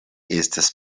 estas